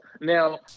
Now